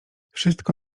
wszystko